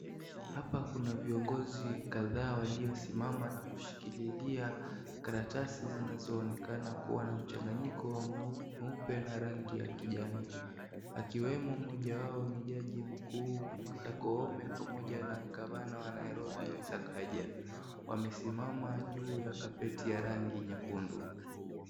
Hapa kuna viongozi kadhaa waliosimama na kushikililia karatasi zinazoonekana kuwa na mchanganyiko mweupe na rangi ya kijani. Akiwemo mmoja wao ni jaji mkuu Martha Koome pamoja na gavana wa Nairobi Sakaja. Wamesimama juu ya kapeti ya rangi nyekundu.